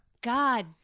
God